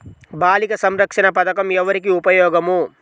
బాలిక సంరక్షణ పథకం ఎవరికి ఉపయోగము?